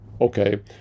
Okay